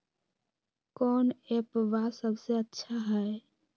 कौन एप्पबा सबसे अच्छा हय?